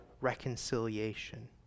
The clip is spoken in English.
reconciliation